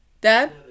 dad